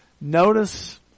Notice